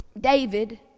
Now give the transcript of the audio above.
David